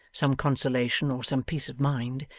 some consolation or some peace of mind,